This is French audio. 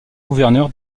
gouverneur